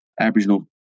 Aboriginal